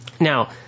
Now